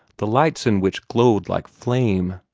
the lights in which glowed like flame.